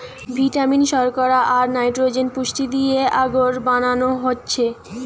vitamin, শর্করা, আর nitrogen পুষ্টি দিয়ে আগর বানানো হচ্ছে